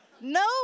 no